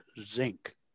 zinc